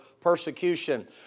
persecution